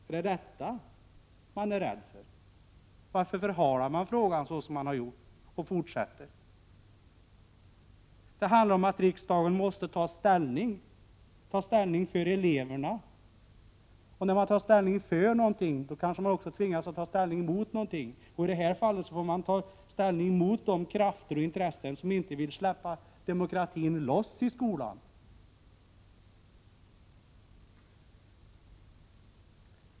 Är det detta man är rädd för? Varför förhalar man och fortsätter att förhala frågan såsom man har gjort? Det handlar om att riksdagen måste ta ställning —- ta ställning för eleverna. När man tar ställning för någonting kanske man också tvingas att ta ställning mot någonting. I detta fall får man ta ställning 93 mot de krafter och intressen som inte vill släppa demokratin loss i skolan.